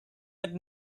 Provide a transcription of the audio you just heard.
had